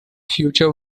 future